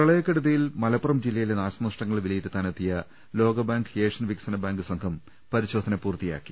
പ്രളയക്കെടുതിയിൽ മലപ്പുറം ജില്ലയിലെ നാശനഷ്ടങ്ങൾ വിലയിരുത്താനെത്തിയ ലോകബാങ്ക് ഏഷ്യൻ വികസന ബാങ്ക് സംഘം പരിശോധന പൂർത്തിയാക്കി